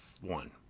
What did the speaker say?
one